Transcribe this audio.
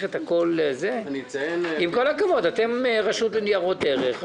עם כל הכבוד, אתם רשות ניירות ערך.